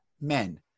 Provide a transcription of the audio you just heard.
men